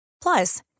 Plus